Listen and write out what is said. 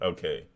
Okay